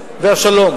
והשלום.